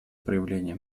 проявления